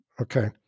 okay